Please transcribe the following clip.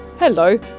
Hello